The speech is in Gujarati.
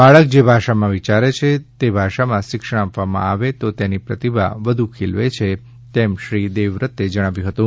બાળક જે ભાષામાં વિચારે છે તે ભાષામાં શિક્ષણ આપવામાં આવે તો તેની પ્રતિભા વધુ ખીલે છે તેમ શ્રી દેવવ્રતે જણાવ્યું હતું